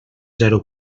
zero